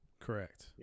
Correct